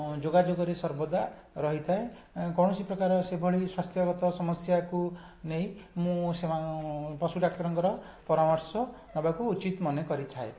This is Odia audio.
ଯୋଗାଯୋଗରେ ସର୍ବଦା ରହିଥାଏ କୋଣସିପ୍ରକାର ସେଭଳି ସ୍ୱାସ୍ଥ୍ୟଗତ ସମସ୍ୟାକୁ ନେଇ ମୁଁ ସେମାନଙ୍କୁ ପଶୁଡାକ୍ତରଙ୍କ ପରାମର୍ଶ ନେବାକୁ ଉଚିତ ମନେ କରିଥାଏ